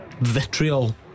vitriol